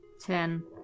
Ten